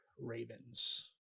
Ravens